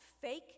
fake